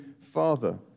father